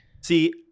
see